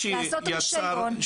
לעשות טלפונים,